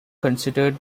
considered